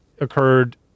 occurred